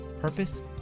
purpose